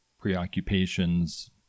preoccupations